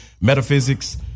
metaphysics